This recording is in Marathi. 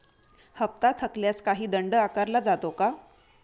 हप्ता थकल्यास काही दंड आकारला जातो का?